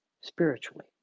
spiritually